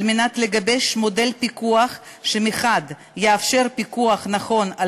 על מנת לגבש מודל פיקוח שמחד יאפשר פיקוח נכון על